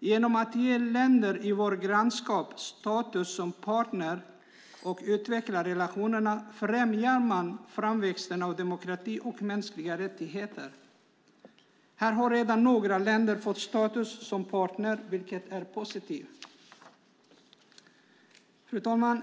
Genom att ge länder i vårt grannskap status som partner och utveckla relationerna främjar man framväxten av demokrati och mänskliga rättigheter. Här har redan några länder fått status som partner, vilket är positivt. Fru talman!